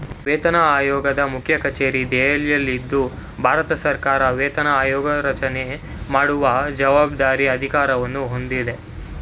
ವೇತನಆಯೋಗದ ಮುಖ್ಯಕಚೇರಿ ದೆಹಲಿಯಲ್ಲಿದ್ದು ಭಾರತಸರ್ಕಾರ ವೇತನ ಆಯೋಗರಚನೆ ಮಾಡುವ ಜವಾಬ್ದಾರಿ ಅಧಿಕಾರವನ್ನು ಹೊಂದಿದೆ